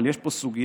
אבל יש פה סוגיה,